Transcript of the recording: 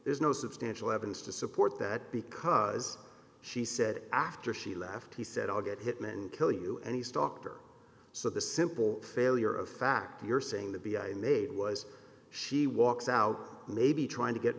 there's no substantial evidence to support that because she said after she left he said i'll get him and kill you and he stalked her so the simple failure of fact you're saying the b i made was she walks out maybe trying to get